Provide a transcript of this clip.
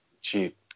cheap